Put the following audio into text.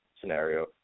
scenario